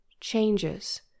changes